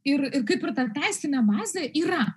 ir kaip ir ta teisinė bazė yra